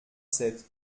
sept